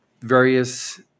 various